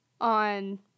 on